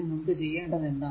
നമുക്ക് ചെയ്യേണ്ടത് എന്താണ്